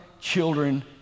children